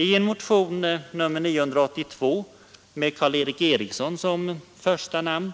I motionen 982 med herr Eriksson i Arvika som första namn